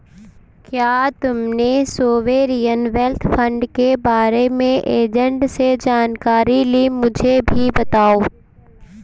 क्या तुमने sovereign wealth fund के बारे में एजेंट से जानकारी ली, मुझे भी बताओ